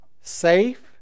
safe